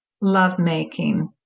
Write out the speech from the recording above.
lovemaking